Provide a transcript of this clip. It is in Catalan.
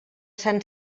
sant